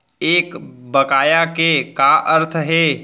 एक बकाया के का अर्थ हे?